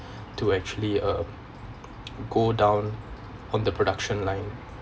to actually uh go down on the production line